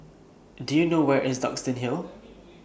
Do YOU know Where IS Duxton Hill